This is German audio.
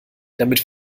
damit